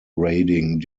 raiding